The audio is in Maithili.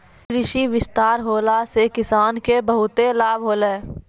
कृषि विस्तार होला से किसान के बहुते लाभ होलै